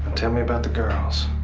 tell me about the girls.